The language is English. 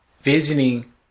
visiting